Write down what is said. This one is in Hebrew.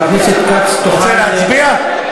רוצה להצביע?